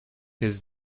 his